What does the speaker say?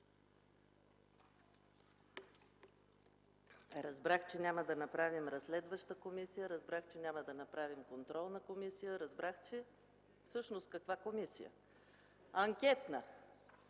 Разбрах, че няма да направим разследваща комисия; разбрах, че няма да направим контролна комисия; разбрах, но всъщност каква ще е комисията? Анкетна?